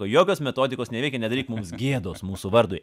jokios metodikos neveikia nedaryk mums gėdos mūsų vardui